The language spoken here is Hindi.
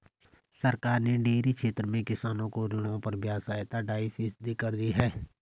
सरकार ने डेयरी क्षेत्र में किसानों को ऋणों पर ब्याज सहायता ढाई फीसदी कर दी है